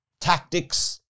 tactics